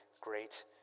great